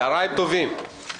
צוהריים טובים.